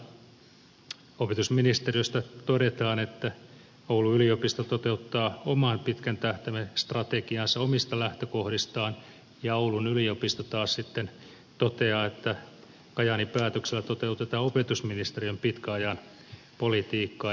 toisaalta opetusministeriöstä todetaan että oulun yliopisto toteuttaa omaa pitkän tähtäimen strategiaansa omista lähtökohdistaan ja oulun yliopisto taas toteaa että kajaanin päätöksellä toteutetaan opetusministeriön pitkän ajan politiikkaa